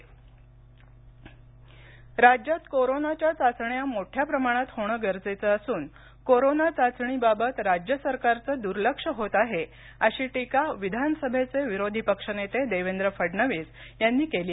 देवेंद्र फडणीस राज्यात कोरोनाच्या चाचण्या मोठ्या प्रमाणात होणे गरजेचे असून कोरोना चाचणीबाबत राज्य सरकारचे दुर्लक्ष होत आहे अशी टीका विधानसभेचे विरोधी पक्षनेते माजी मुख्यमंत्री देवेंद्र फडणवीस यांनी काल केली